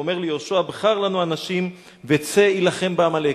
הוא אומר ליהושע: בחר לנו אנשים וצא הילחם בעמלק.